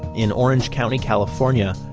in orange county, california,